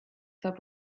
saab